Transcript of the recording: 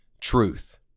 truth